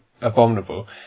abominable